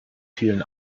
vielen